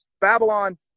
Babylon